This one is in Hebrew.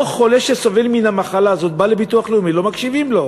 אותו חולה שסובל מהמחלה הזאת בא לביטוח לאומי ולא מקשיבים לו,